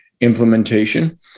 implementation